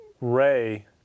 Ray